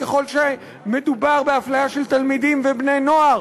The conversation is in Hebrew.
ככל שמדובר בהפליה של תלמידים ובני-נוער,